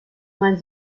mein